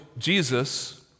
Jesus